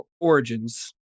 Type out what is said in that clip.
Origins